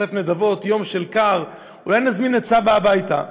אוסף נדבות, יום קר, אולי נזמין את סבא הביתה?